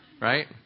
Right